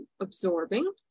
absorbing